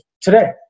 today